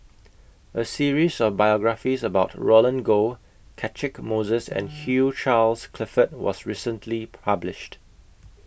A series of biographies about Roland Goh Catchick Moses and Hugh Charles Clifford was recently published